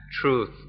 truth